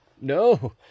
no